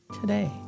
today